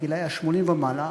בגילאי ה-80 ומעלה,